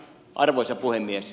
arvoisa puhemies